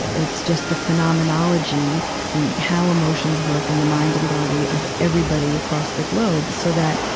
it's just the phenomenology meaning how emotions work in the mind and body of everybody across the globe. so that,